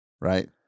right